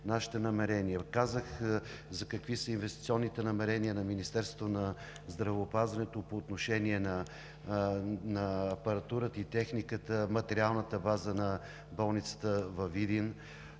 нашите намерения. Казах какви са инвестиционните намерения на Министерството на здравеопазването по отношение на апаратурата и техниката, на материалната база на болницата във Видин.